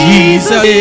Jesus